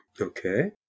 Okay